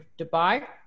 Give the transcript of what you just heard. Dubai